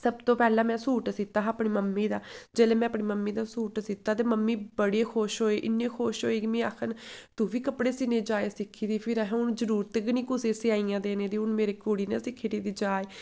सब तूं पैह्लें में सूट सीता हा अपनी मम्मी दा जेल्लै में अपनी मम्मी दा सूट सीता हा ते मम्मी बड़ी खुश होई इन्नी खुश होई कि मी आखन तूं बी कपड़े सीने दी जाच सिक्खी दी फिर अहें हून जरूरत गै निं कुसै गी सेआइयां देने दी हून मेरी कुड़ी ने सिक्खी लेई दी जाच